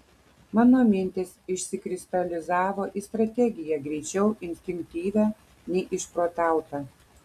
mano mintys išsikristalizavo į strategiją greičiau instinktyvią nei išprotautą